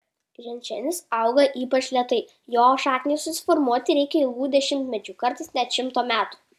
ženšenis auga ypač lėtai jo šakniai susiformuoti reikia ilgų dešimtmečių kartais net šimto metų